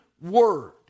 word